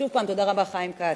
שוב, תודה רבה, חיים כץ.